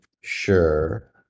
sure